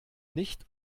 nicht